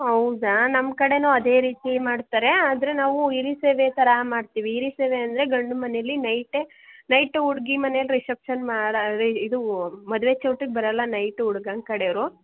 ಹೌದಾ ನಮ್ಮ ಕಡೆನೂ ಅದೇ ರೀತಿ ಮಾಡ್ತಾರೆ ಆದರೆ ನಾವು ಹಿರಿ ಸೇವೆ ಥರ ಮಾಡ್ತೀವಿ ಹಿರಿ ಸೇವೆ ಅಂದರೆ ಗಂಡು ಮನೇಲಿ ನೈಟೇ ನೈಟ್ ಹುಡ್ಗಿ ಮನೇಲಿ ರಿಸೆಪ್ಷನ್ ಮಾಡ ಇದು ಮದುವೆ ಚೌಟ್ರೀಗೆ ಬರೋಲ್ಲ ನೈಟು ಹುಡ್ಗನ್ ಕಡೆಯವರು